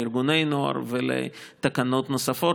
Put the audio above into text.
לארגוני הנוער ולתקנות נוספות.